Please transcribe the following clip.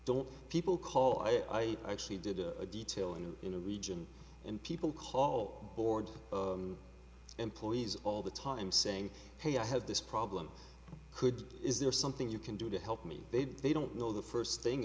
don't people call i actually did a detail and in a region and people call board employees all the time saying hey i have this problem could is there something you can do to help me they don't know the first thing